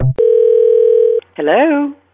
Hello